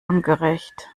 ungerecht